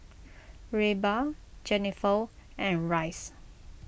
Reba Jenifer and Rhys